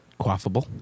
quaffable